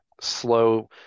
slow